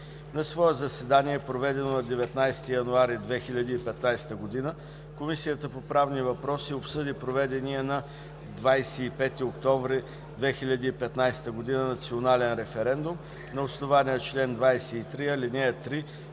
На свое заседание, проведено на 19 януари 2016 г., Комисията по правни въпроси обсъди проведения на 25 октомври 2015 г. национален референдум, на основание чл. 23, ал. 3